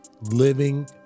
living